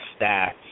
stats